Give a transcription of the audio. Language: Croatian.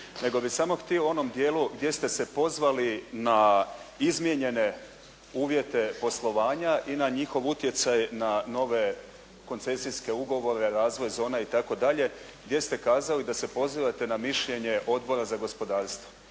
nego bih samo htio u onom dijelu gdje ste se pozvali na izmijenjene uvjete poslovanja i na njihov utjecaj na nove koncesijske ugovore, razvoj zona itd., gdje ste kazali da se pozivate na mišljenje Odbora za gospodarstvo.